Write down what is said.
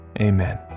amen